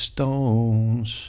Stones